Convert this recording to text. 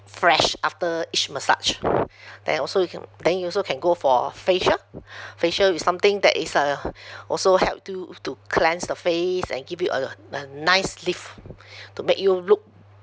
fresh after each massage then also you can then you also can go for facial facial with something that is uh also help you to cleanse the face and give you a a a nice lift to make you look